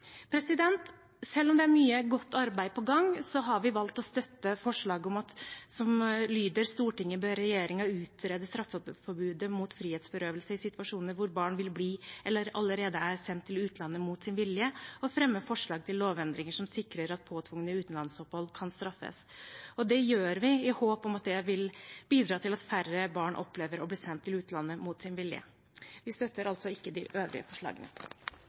Selv om det er mye godt arbeid på gang, har vi valgt å støtte forslaget som lyder: «Stortinget ber regjeringen utrede straffeforbudet mot frihetsberøvelse i situasjoner hvor barn vil bli, eller allerede er, sendt til utlandet mot sin vilje, og fremme forslag til lovendringer som sikrer at påtvungne utenlandsopphold kan straffes.» Det gjør vi i håp om at det vil bidra til at færre barn opplever å bli sendt til utlandet mot sin vilje. Vi støtter ikke de øvrige forslagene.